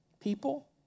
people